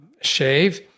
shave